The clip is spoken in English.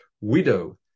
widow